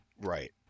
right